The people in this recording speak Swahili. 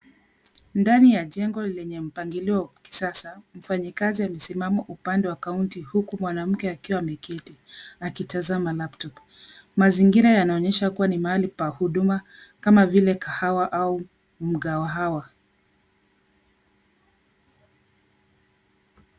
Ndani ya jengo lenye mpangilio wa kisasa. Mfanyikazi amesimama upande wa kaunta huku mwanamke akiwa ameketi akitazama laptop . Mazingira yanaonyesha kuwa ni mahali pa huduma kama vile kahawa au mkahawa.